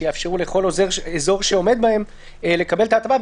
שיאפשרו לכל אזור שעומד בהם לקבל את ההטבה,